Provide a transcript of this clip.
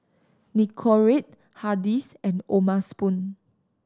Nicorette Hardy's and O'ma Spoon